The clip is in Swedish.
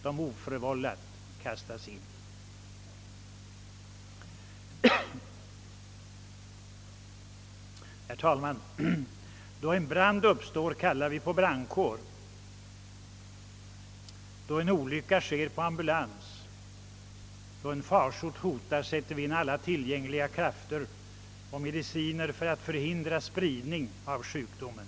Då en brand uppstår kallar vi på brandkår, då en olycka sker på ambulans och då en farsot hotar sätter vi in alla tillgängliga krafter för att förhindra spridning av sjukdomen.